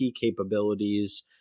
capabilities